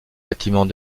bâtiments